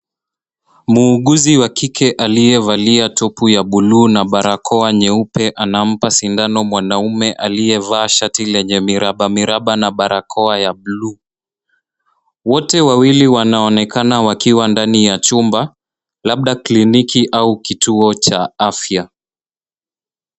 Muuguzi wakike aliyevalia topu ya buluu na barakoa nyeupe anampa sindano mwanaume aliyevaa shati lenye miraba miraba na barakoa ya buluu. Wote wawili wanaonekana wakiwa ndani ya chumba, labda kliniki au kituo cha afya.